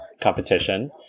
competition